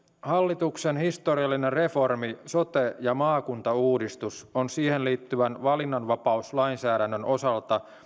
hallituksen historiallinen reformi sote ja maakuntauudistus on siihen liittyvän valinnanvapauslainsäädännön osalta